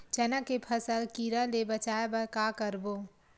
चना के फसल कीरा ले बचाय बर का करबो?